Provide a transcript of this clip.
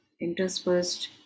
interspersed